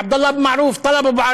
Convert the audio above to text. עבדאללה אבו מערוף,